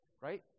right